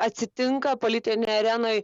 atsitinka politinėj arenoj